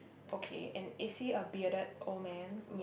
okay and is he a bearded old man